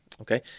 Okay